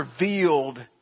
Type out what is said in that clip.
revealed